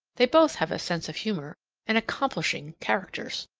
they both have a sense of humor and accomplishing characters,